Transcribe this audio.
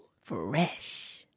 Fresh